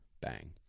Bang